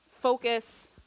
focus